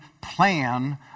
plan